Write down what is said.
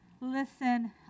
Listen